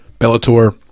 Bellator